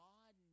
God